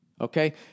Okay